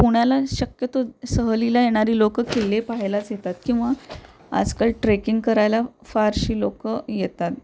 पुण्याला शक्यतो सहलीला येणारी लोक किल्ले पाहायलाच येतात किंवा आजकाल ट्रेकिंग करायला फारशी लोक येतात